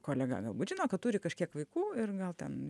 kolega galbūt žino kad turi kažkiek vaikų ir gal ten